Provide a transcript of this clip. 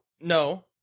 no